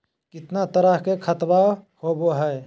कितना तरह के खातवा होव हई?